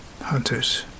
hunters